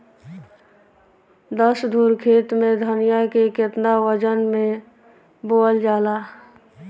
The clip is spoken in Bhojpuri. दस धुर खेत में धनिया के केतना वजन मे बोवल जाला?